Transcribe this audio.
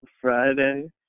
Friday